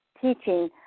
teaching